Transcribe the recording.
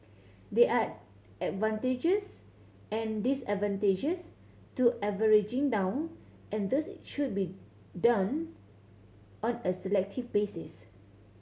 there are advantages and disadvantages to averaging down and thus it should be done on a selective basis